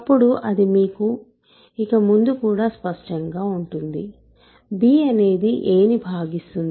అప్పుడు అది మీకు ఇక ముందు కూడా స్పష్టంగా ఉంటుంది b అనేది a ని భాగిస్తుంది లేదా b a యొక్క విభాజకండివైసర్